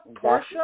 Portia